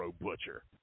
Butcher